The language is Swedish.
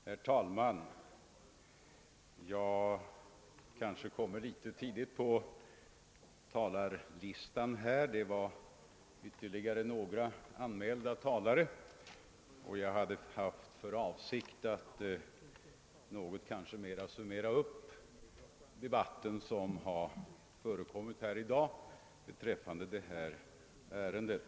Herr talman! Jag har kanske råkat komma litet för långt fram på talarlistan. Det var några andra talare antecknade före mig, och min avsikt var att försöka summera upp den debatt som i dag förekommer i detta ärende.